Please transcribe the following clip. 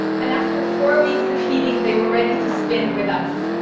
and after four weeks of feeding, they were ready to spin with us.